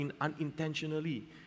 unintentionally